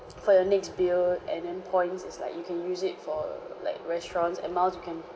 for the next bill and then points is like you can use it for like restaurants and miles you can